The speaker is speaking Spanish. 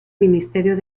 ministerio